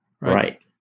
right